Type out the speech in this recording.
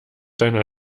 deiner